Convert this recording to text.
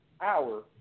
hour